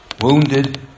wounded